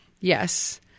yes